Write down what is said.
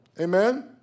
Amen